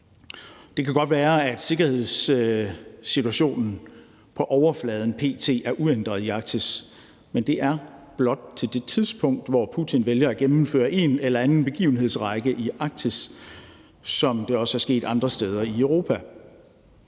Det kan godt være, at sikkerhedssituationen på overfladen p.t. er uændret i Arktis, men det er blot indtil det tidspunkt, hvor Putin vælger at gennemføre en eller anden begivenhedsrække i Arktis, ligesom det også er sket andre steder i Europa.